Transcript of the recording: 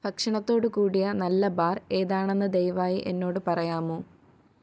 ഭക്ഷണത്തോടുകൂടിയ നല്ല ബാർ ഏതാണെന്ന് ദയവായി എന്നോട് പറയാമോ